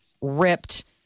ripped